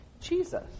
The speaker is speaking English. Jesus